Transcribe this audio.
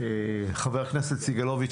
חבר הכנסת סגלוביץ',